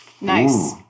Nice